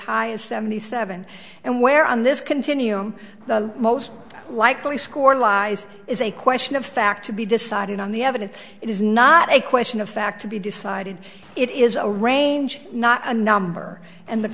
high as seventy seven and where on this continuum the most likely score lies is a question of fact to be decided on the evidence it is not a question of fact to be decided it is a range not a number and the